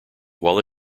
while